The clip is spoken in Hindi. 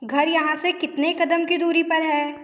घर यहाँ से कितने कदम की दूरी पर है